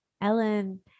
Ellen